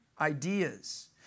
ideas